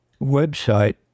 website